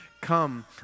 Come